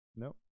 Nope